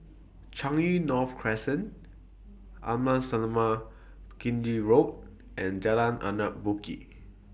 Changi North Crescent Amasalam Chetty Road and Jalan Anak Bukit